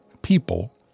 people